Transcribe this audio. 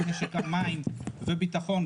משק המים וביטחון.